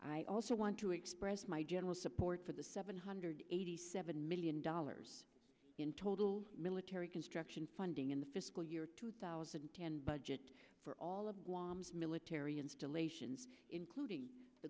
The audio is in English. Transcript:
i also want to express my general support for the seven hundred eighty seven million dollars in total military construction funding in the fiscal year two thousand and ten budget for all of that was military installations including the